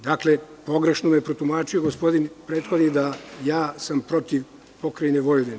Dakle, pogrešno me je protumačio gospodin prethodni, da sam ja protiv pokrajine Vojvodine.